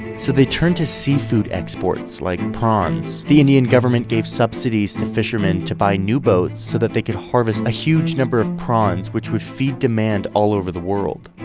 so they turned to seafood exports like prawns. the indian government gave subsidies to fishermen to buy new boats so that they could harvest a huge number of prawns, which would feed demand all over the world.